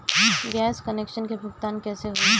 Gas connection के भुगतान कैसे होइ?